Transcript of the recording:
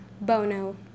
Bono